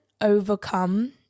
overcome